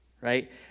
right